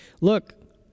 Look